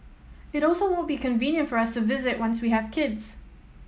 it also won't be convenient for us to visit once we have kids